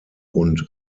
und